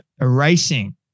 erasing